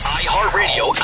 iHeartRadio